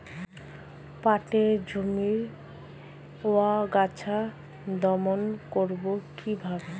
পাটের জমির আগাছা দমন করবো কিভাবে?